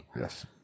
Yes